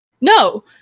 No